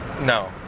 no